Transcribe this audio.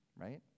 right